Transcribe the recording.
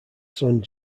saint